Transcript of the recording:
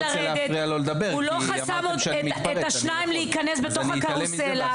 הוא לא מנע משניים להיכנס בתוך הקרוסלה.